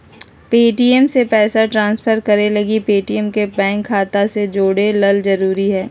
Paytm से पैसा transfer करे लगी पेटीएम के बैंक खाता से जोड़े ल जरूरी हय